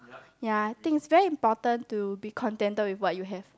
ya I think it's very important to be contented with what you have